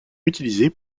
utilisée